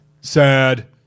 Sad